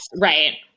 Right